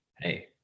hey